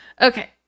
Okay